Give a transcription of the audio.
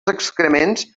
excrements